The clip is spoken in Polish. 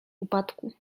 upadku